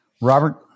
Robert